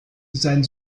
sein